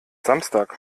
samstag